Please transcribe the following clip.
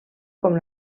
com